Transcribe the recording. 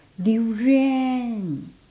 durian